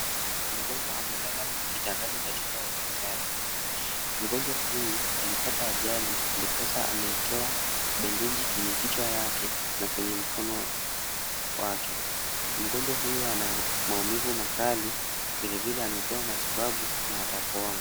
Mgonjwa amelala kitandani katika hospitali, mgonjwa huyu alipata ajali ndiposa ameekwa bendeji kwenye kichwa yake na kwenye mkono wake, mgonjwa huyu anamaumivu makali vile vile amepewa matibabu na atapona.